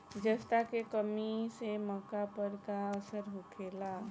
जस्ता के कमी से मक्का पर का असर होखेला?